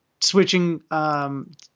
switching –